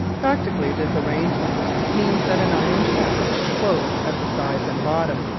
practically this arrangement means that an iron shaft, closed at the sides and bottom,